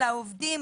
האם נבחנו חלופות.